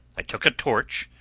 i took a torch,